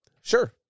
Sure